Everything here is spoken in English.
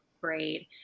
grade